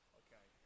okay